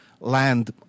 land